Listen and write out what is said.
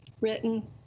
written